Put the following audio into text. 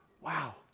Wow